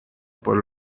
por